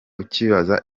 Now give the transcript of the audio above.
ukibaza